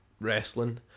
wrestling